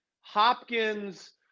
Hopkins